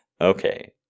Okay